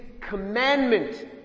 commandment